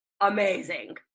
amazing